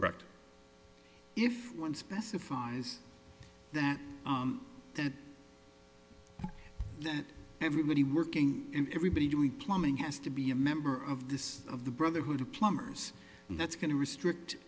wrecked if one specifies that that that everybody working and everybody doing plumbing has to be a member of this of the brotherhood of plumbers and that's going to restrict